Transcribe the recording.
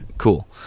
Cool